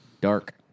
dark